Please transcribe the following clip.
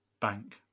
bank